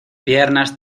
piernas